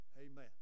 amen